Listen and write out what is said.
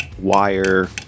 wire